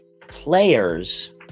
players